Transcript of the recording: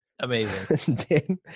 amazing